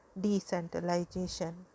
decentralization